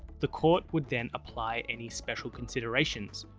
the court would then apply any special considerations,